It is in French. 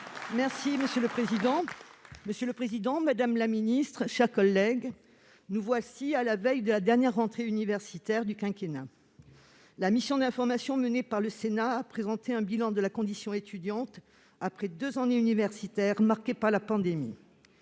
de la recherche et de l'innovation. Nous voici à la veille de la dernière rentrée universitaire du quinquennat. La mission d'information menée par le Sénat a présenté un bilan de la condition étudiante après deux années universitaires marquées par la pandémie.